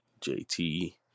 JT